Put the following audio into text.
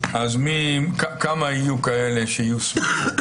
אז כמה יהיו כאלה שיוסמכו?